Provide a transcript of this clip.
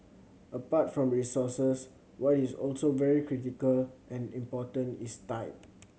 apart from resources what is also very critical and important is time